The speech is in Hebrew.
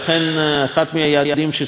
אחד מהיעדים ששמתי לעצמי,